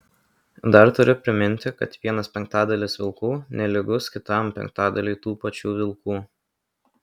dar turiu priminti kad vienas penktadalis vilkų nelygus kitam penktadaliui tų pačių vilkų